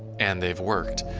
and they've worked.